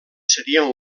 serien